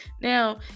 Now